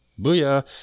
Booyah